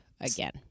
again